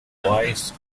voice